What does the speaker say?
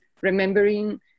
remembering